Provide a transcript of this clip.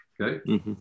Okay